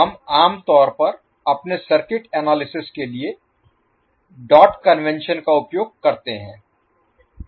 हम आम तौर पर अपने सर्किट एनालिसिस के लिए डॉट कन्वेंशन का उपयोग करते हैं